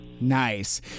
Nice